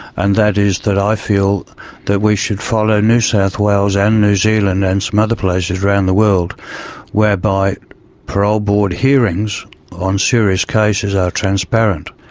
and that is that i feel that we should follow new south wales and new zealand and some other places around the world whereby parole board hearings on serious cases are transparent.